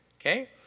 okay